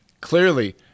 clearly